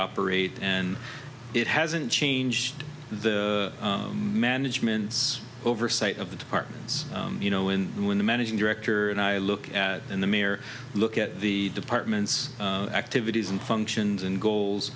operate and it hasn't changed the management's oversight of the departments you know in when the managing director and i look at in the mirror look at the department's activities and functions and goals